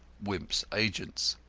wimp's agents.